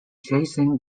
jason